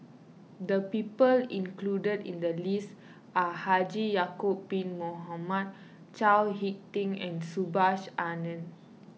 the people included in the list are Haji Ya'Acob Bin Mohamed Chao Hick Tin and Subhas Anandan